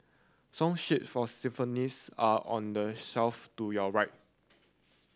song sheet for xylophones are on the shelf to your right